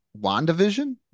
WandaVision